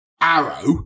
arrow